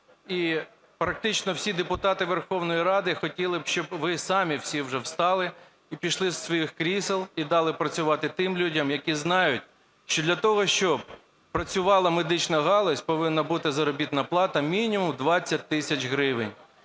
і практично всі депутати Верховної Ради хотіли б, щоб ви самі всі вже встали і пішли із своїх крісел, і дали працювати тим людям, які знають, що для того, щоб працювала медична галузь, повинна бути заробітна плата мінімум 20 тисяч гривень.